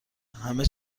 همه